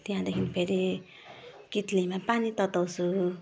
त्यहाँदेखि फेरि कितलीमा पानी तताउँछु